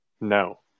No